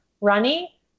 runny